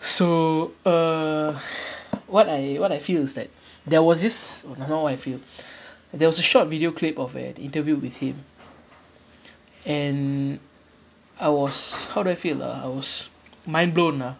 so uh what I what I feel is that there was this oh no not what I feel there was a short video clip of at interview with him and I was how do I feel ah I was mind blown ah